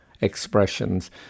expressions